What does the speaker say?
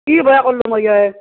কি বেয়া ক'ৰিলো মই এ